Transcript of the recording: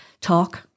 Talk